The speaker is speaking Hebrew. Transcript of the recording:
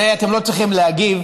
על זה אתם לא צריכים להגיב,